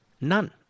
None